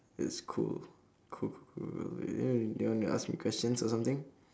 it's cool cool cool do you want to ask me questions or something